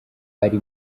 ari